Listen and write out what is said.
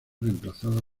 reemplazado